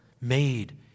made